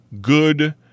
good